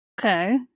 Okay